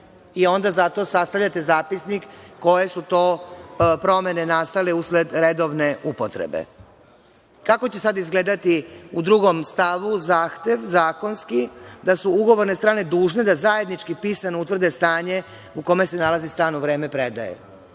i onda zato sastavljate zapisnik koje su to promene nastale usled redovne upotrebe. Kako će sada izgledati u drugom stavu zahtev, zakonski, da su ugovorne strane dužne da zajednički, pisano utvrde stanje u kome se nalazi stan u vreme predaje?